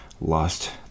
lost